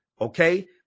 okay